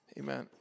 amen